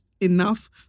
enough